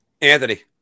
Anthony